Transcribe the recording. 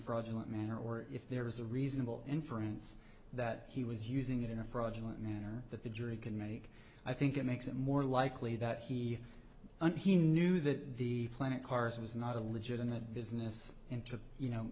fraudulent manner or if there was a reasonable inference that he was using it in a fraudulent manner that the jury can make i think it makes it more likely that he and he knew that the planet cars was not a legitimate business and took you know